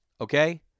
Okay